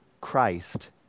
Christ